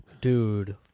Dude